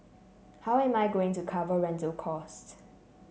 how am I going to cover rental costs